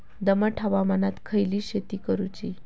दमट हवामानात खयली शेती करूची?